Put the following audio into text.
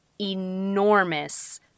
enormous